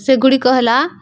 ସେଗୁଡ଼ିକ ହେଲା